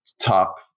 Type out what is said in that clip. top